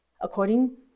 according